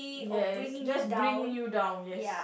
yes just bring you down yes